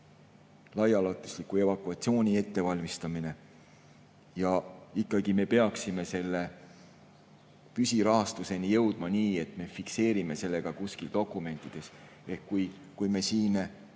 laiaulatusliku evakuatsiooni ettevalmistamine. Me ikkagi peaksime selle püsirahastuseni jõudma nii, et me fikseerime selle ka kuskil dokumentides. Kui me siin